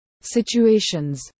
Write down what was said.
situations